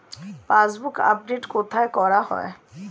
Passbook update কোথায় করা হয়?